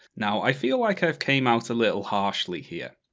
now, i feel like i've came out a little harshly here.